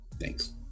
Thanks